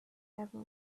ever